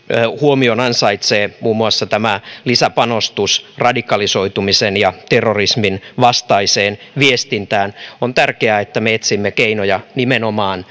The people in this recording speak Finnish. huomion ansaitsee muun muassa tämä lisäpanostus radikalisoitumisen ja terrorismin vastaiseen viestintään on tärkeää että me etsimme keinoja nimenomaan